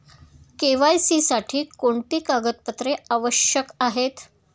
KYC साठी कोणती कागदपत्रे आवश्यक आहेत?